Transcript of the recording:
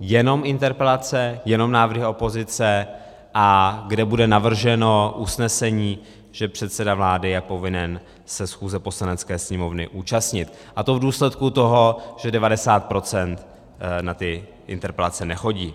jenom interpelace, jenom návrhy opozice a kde bude navrženo usnesení, že předseda vlády je povinen se schůze Poslanecké sněmovny účastnit, a to v důsledku toho, že v 90 % na ty interpelace nechodí.